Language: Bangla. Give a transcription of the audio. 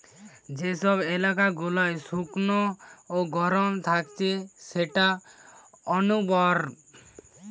যে সব এলাকা গুলা শুকনো গরম থাকছে সেটা অনুর্বর